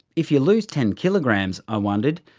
if you lose ten kilograms, i wondered,